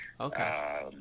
Okay